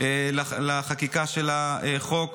לחקיקה של החוק,